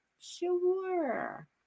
Sure